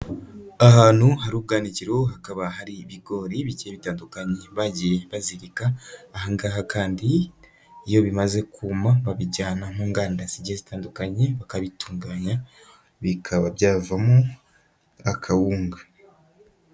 Ahantu hari ubwanikiro, hakaba hari ibigori bigiye bitandukanye bagiye bazirika, aha ngaha kandi iyo bimaze kuma babijyana mu nganda zigiye zitandukanye bakabitunganya, bikaba byavamo akawunga.